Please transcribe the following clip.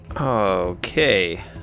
Okay